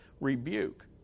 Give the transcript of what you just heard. rebuke